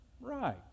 Right